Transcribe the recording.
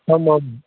ஆமாம்